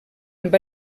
amb